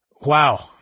Wow